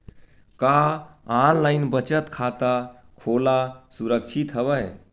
का ऑनलाइन बचत खाता खोला सुरक्षित हवय?